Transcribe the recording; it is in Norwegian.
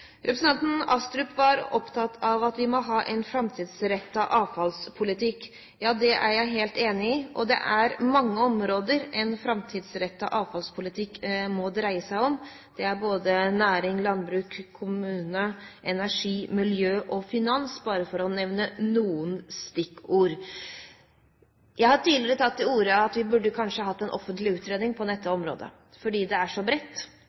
Representanten Astrup var opptatt av at vi må ha en framtidsrettet avfallspolitikk. Det er jeg helt enig i. Det er mange områder en framtidsrettet avfallspolitikk må dreie seg om. Det er både næring, landbruk, kommunepolitikk, energi, miljø og finans, bare for å nevne noen stikkord. Jeg har tidligere tatt til orde for at vi kanskje bør ha en offentlig utredning på dette området som grunnlag for en stortingsmelding, fordi det er så bredt.